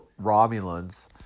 Romulans